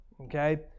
Okay